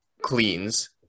cleans